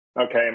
Okay